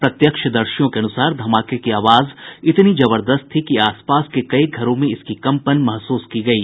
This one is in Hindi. प्रत्यक्षदर्शियों के अनुसार धमाके की आवाज इतनी जबर्दस्त थी कि आसपास के कई घरों में इसकी कंपन महसूस की गयी